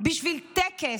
בשביל טקס.